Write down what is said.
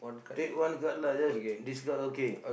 take one card lah just this card okay